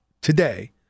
today